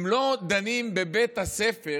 הם לא דנים בבית הספר,